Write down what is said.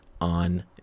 on